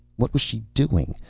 what was she doing?